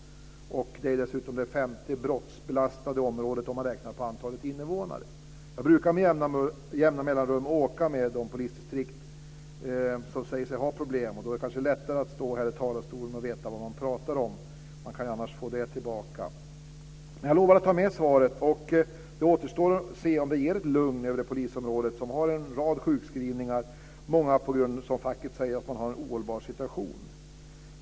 Det är dessutom det femte mest brottsbelastade området, om man räknar på antalet invånare. Jag brukar med jämna mellanrum åka med poliser i de polisdistrikt som säger sig ha problem. Då är det kanske lättare att stå här i talarstolen och veta vad man talar om. Man kan annars få det tillbaka att man inte vet det. Jag lovar att ta med svaret. Det återstår att se om det ger ett lugn över det polisområde som har en rad sjukskrivningar. Många av dem beror på, som facket säger, att man har en ohållbar situation.